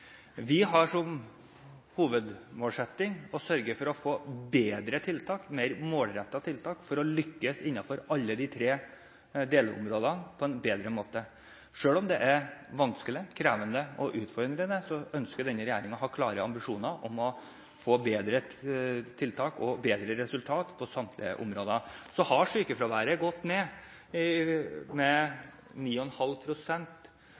få bedre tiltak – mer målrettede tiltak – for å lykkes innenfor alle de tre delmålene på en bedre måte. Selv om det er vanskelig, krevende og utfordrende, ønsker denne regjeringen å ha klare ambisjoner om å få bedre tiltak og bedre resultater på samtlige områder. Så har sykefraværet gått ned